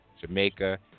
Jamaica